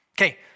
Okay